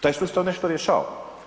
Taj sustav nešto rješava.